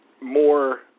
more